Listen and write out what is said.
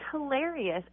hilarious